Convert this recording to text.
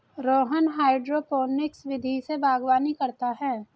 Rohan hydroponics विधि से बागवानी करता है